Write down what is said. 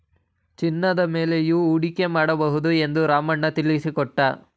ಚಿನ್ನದ ಮೇಲೆಯೂ ಹೂಡಿಕೆ ಮಾಡಬಹುದು ಎಂದು ರಾಮಣ್ಣ ತಿಳಿಸಿಕೊಟ್ಟ